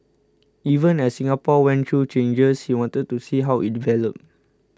even as Singapore went through changes he wanted to see how it developed